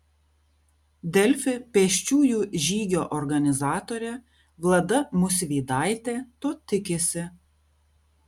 delfi pėsčiųjų žygio organizatorė vlada musvydaitė to tikisi